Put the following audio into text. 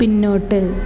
പിന്നോട്ട്